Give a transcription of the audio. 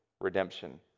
redemption